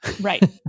Right